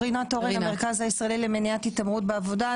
אני רינת אורן מהמרכז הישראלי למניעת התעמרות בעבודה,